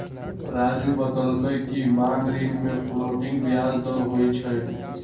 राज़ू बतलकई कि मांग ऋण में फ्लोटिंग ब्याज दर होई छई